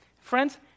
friends